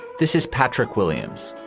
this is patrick williams.